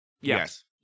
Yes